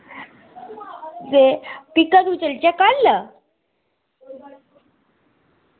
फ्ही कदूं चलचै कल